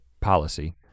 policy